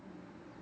mm